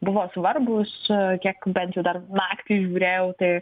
buvo svarbūs kiek bent jau dar naktį žiūrėjau tai